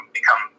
become